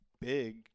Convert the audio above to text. big